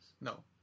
No